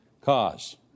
cause